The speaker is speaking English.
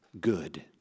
good